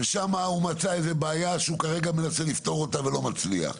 ושם הוא מצא איזו בעיה שהוא כרגע מנסה לפתור אותה ולא מצליח.